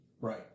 Right